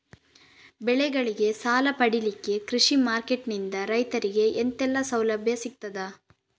ಬೆಳೆಗಳಿಗೆ ಸಾಲ ಪಡಿಲಿಕ್ಕೆ ಕೃಷಿ ಮಾರ್ಕೆಟ್ ನಿಂದ ರೈತರಿಗೆ ಎಂತೆಲ್ಲ ಸೌಲಭ್ಯ ಸಿಗ್ತದ?